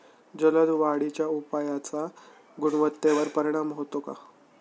जलद वाढीच्या उपायाचा गुणवत्तेवर परिणाम होतो का?